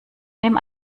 nimm